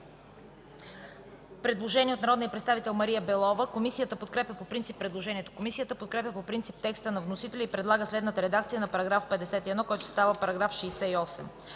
предложение на народния представител Белова. Комисията подкрепя по принцип предложението. Комисията подкрепя по принцип текста на вносителя и предлага следната редакция на § 32, който става § 33: „§ 33.